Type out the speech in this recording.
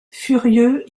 furieux